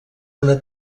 una